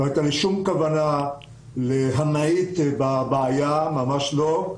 לא הייתה לי שום כוונה להמעיט בבעיה, ממש לא.